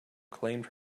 claimed